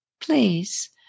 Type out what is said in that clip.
Please